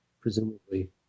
presumably